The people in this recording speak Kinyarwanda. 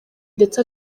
ndetse